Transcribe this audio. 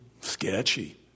sketchy